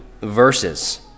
verses